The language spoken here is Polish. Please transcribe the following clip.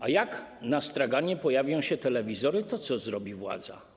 A jak na straganie pojawią się telewizory, to co zrobi władza?